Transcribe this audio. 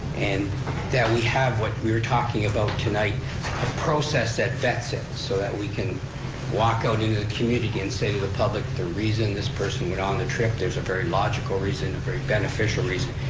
and that we have what we're talking about tonight, a process that vets it so that we can walk out into the community and say to the public the reason this person went on the trip, there's a very logical reason, a very beneficial reason,